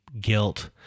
guilt